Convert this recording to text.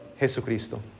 Jesucristo